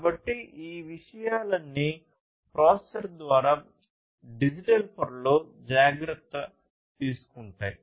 కాబట్టి ఈ విషయాలన్నీ ప్రాసెసర్ ద్వారా డిజిటల్ పొరలో జాగ్రత్త తీసుకుంటాయి